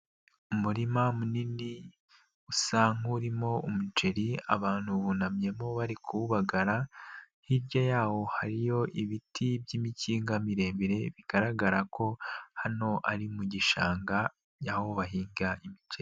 Umurima munini usa nk'urimo umuceri abantu bunamyemo barikuwugara, hirya yawo hariyo ibiti by'imikinga miremire bigaragara ko hano ari mu gishanga aho bahinga imiceri.